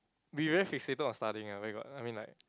we very fixated on studying ah where got I mean like